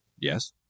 Yes